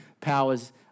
powers